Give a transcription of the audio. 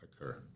occur